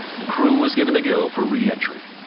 the crew was given the go for reentry.